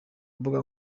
mbuga